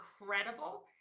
incredible